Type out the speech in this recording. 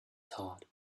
thought